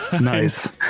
nice